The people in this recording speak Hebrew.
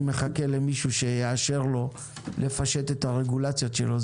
מחכה למישהו שיאשר לו לפשט את הרגולציות שלו.